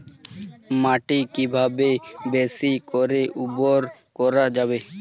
মাটি কিভাবে বেশী করে উর্বর করা যাবে?